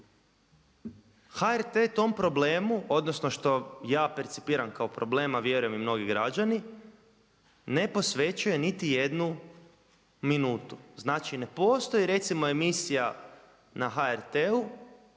HRT tom problemu odnosno što ja percipiram kao problem, a vjerujem i mnogi građani, ne posvećuje niti jednu minutu. Znači ne postoji recimo emisija na HRT-u